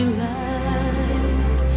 light